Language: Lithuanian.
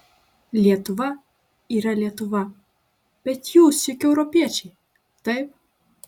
lietuva yra lietuva bet jūs juk europiečiai taip